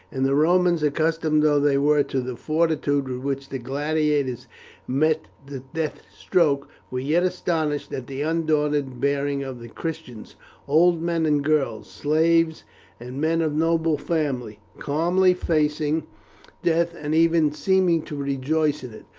and the romans, accustomed though they were to the fortitude with which the gladiators met the death stroke, were yet astonished at the undaunted bearing of the christians old men and girls, slaves and men of noble family, calmly facing death, and even seeming to rejoice in it.